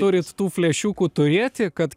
turit tų flešiuką turėti kad